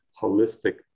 holistic